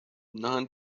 non